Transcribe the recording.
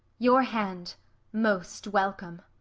your hand most welcome!